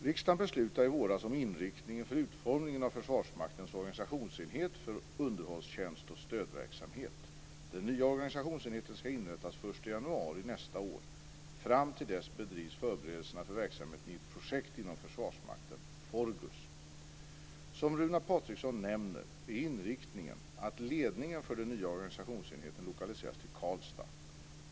Fram till dess bedrivs förberedelserna för verksamheten i ett projekt inom Försvarsmakten: Forgus. Som Runar Patriksson nämner är inriktningen att ledningen för den nya organisationsenheten lokaliseras till Karlstad.